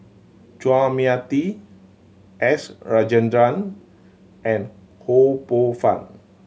Chua Mia Tee S Rajendran and Ho Poh Fun